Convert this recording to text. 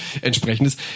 Entsprechendes